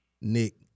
Nick